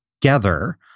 together